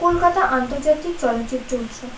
কলকাতা আন্তর্জাতিক চলচ্চিত্র উৎসব